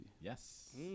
Yes